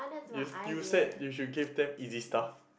you you said you should give them easy stuff